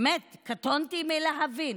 באמת, קטונתי מלהבין.